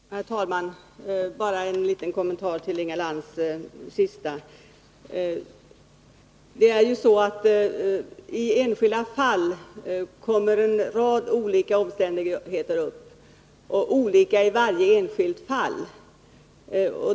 Herr talman! Bara en liten kommentar till Inga Lantz inlägg. I enskilda fall kommer en rad olika omständigheter fram — olika i varje enskilt fall.